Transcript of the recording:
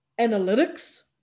analytics